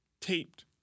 taped